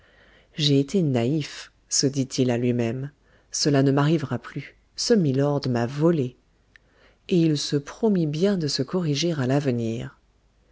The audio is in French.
j'ai été naïf se dit-il à lui-même cela ne m'arrivera plus ce milord m'a volé et il se promit bien de se corriger à l'avenir